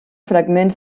fragments